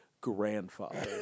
grandfather